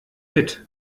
mit